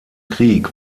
krieg